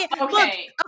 okay